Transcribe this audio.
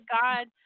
God